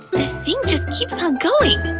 this thing just keeps on going!